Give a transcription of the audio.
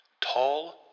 Tall